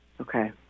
Okay